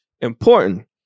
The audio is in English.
important